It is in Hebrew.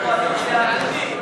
סעיפים 1 3 נתקבלו.